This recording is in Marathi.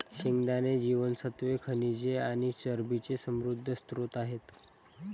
शेंगदाणे जीवनसत्त्वे, खनिजे आणि चरबीचे समृद्ध स्त्रोत आहेत